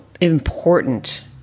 important